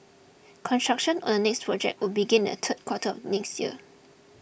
construction on the next project would begin in third quarter of next year